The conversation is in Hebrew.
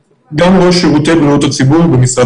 יכול להיות שאנחנו יכולים לקיים את הדיון על החוק כולו,